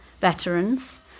veterans